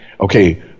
Okay